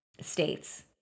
states